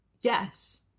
yes